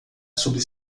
sobre